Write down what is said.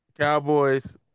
Cowboys